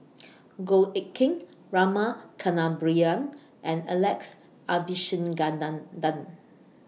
Goh Eck Kheng Rama Kannabiran and Alex Abisheganaden